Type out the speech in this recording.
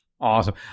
awesome